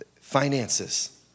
finances